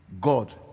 God